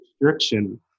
restriction